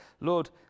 Lord